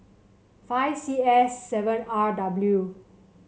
five C S seven R W